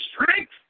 strength